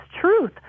truth